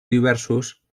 diversos